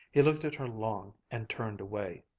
he looked at her long, and turned away.